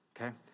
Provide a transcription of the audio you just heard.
Okay